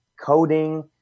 coding